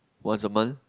once a month